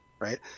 Right